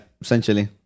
essentially